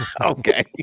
okay